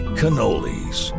cannolis